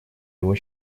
его